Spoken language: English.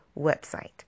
website